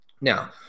Now